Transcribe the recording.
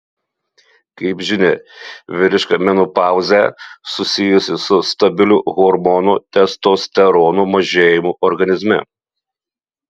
kaip žinia vyriška menopauzę susijusi su stabiliu hormono testosterono mažėjimu organizme